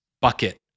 bucket